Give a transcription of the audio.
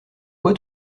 quoi